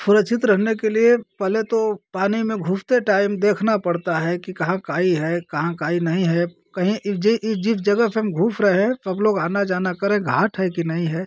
सुरक्षित रहने के लिए पहले तो पानी में घुसते टाइम देखना पड़ता है कि कहाँ काई है कहाँ काई नहीं है कहीं जई जिस जगह पर हम घुस रहे हैं सब लोग आना जाना करें घाट है कि नहीं है